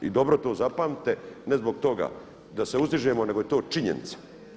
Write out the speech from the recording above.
I dobro to zapamtite, ne zbog toga da se uzdižemo nego je to činjenica.